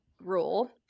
rule